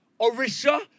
Orisha